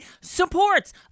supports